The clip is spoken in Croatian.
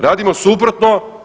Radimo suprotno.